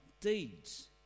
deeds